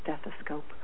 stethoscope